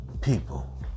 people